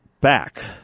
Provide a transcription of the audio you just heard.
back